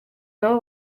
nabo